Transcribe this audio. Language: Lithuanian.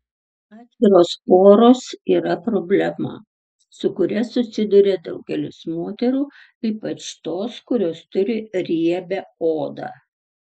atviros poros yra problema su kuria susiduria daugelis moterų ypač tos kurios turi riebią odą